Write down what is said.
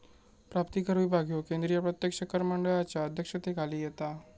प्राप्तिकर विभाग ह्यो केंद्रीय प्रत्यक्ष कर मंडळाच्या अध्यक्षतेखाली येता